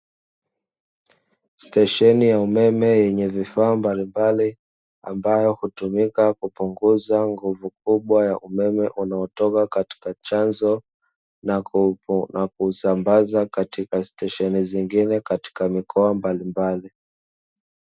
Stesheni ya umeme yenye vifaa mbalimbali, ambayo hutumika kupunguza nguvu kubwa ya umeme, unaotoka katika chanzo na kusambaza katika stesheni nyingine katika mikoa mbalimbali.